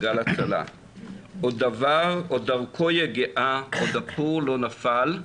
עוד דרכו יגעה, עוד הפור לא נפל,